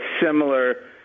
similar –